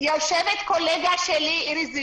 יושבת קולגה שלי איריס זילכה.